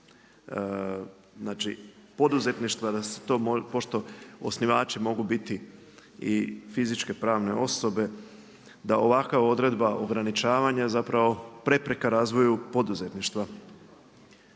poduzetništva pošto osnivači mogu biti i fizičke pravne osobe da ovakva odredba ograničavanja zapravo prepreka razvoju poduzetništva.